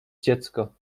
dziecko